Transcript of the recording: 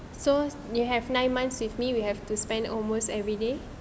so you have nine months with me we have to spend almost everyday